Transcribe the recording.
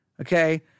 Okay